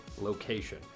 location